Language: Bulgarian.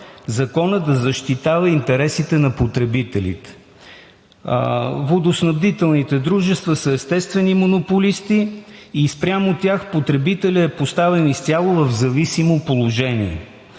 законът да защитава интересът на потребителите. Водоснабдителните дружества са естествени монополисти и спрямо тях потребителят е поставен изцяло в зависимо положение.